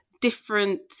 different